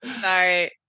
Sorry